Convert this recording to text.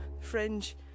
fringe